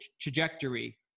trajectory